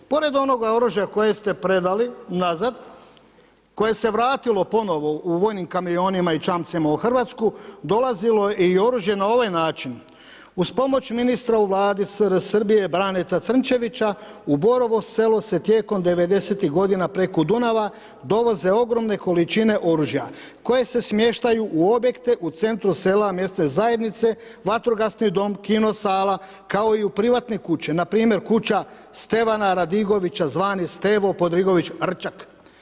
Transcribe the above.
Pored onoga oružja koje ste predali nazad koje se vratilo ponovo u vojnim kamionima i čamcima u Hrvatsku dolazilo je i oružje na ovaj način uz pomoć ministra u Vladi SR Srbije Braneta Crnčevića u Borovo Selo se tijekom 90-tih godina preko Dunava dovoze ogromne količine oružja koje se smještaju u objekte u centru sela mjesne zajednice, vatrogasni dom, kino sala kao i u privatne kuće npr. kuća Stevana Radigovića zvani Stevo Podrigović Rčak.